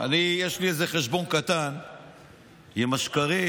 שהיום יש לי איזה חשבון קטן עם השקרים